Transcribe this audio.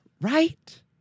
Right